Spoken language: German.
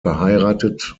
verheiratet